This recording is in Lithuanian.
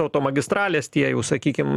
automagistralės tie jau sakykim